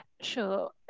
sure